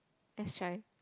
let's try